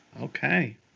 Okay